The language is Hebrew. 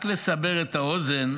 רק לסבר את האוזן,